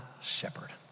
shepherd